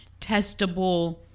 testable